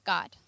God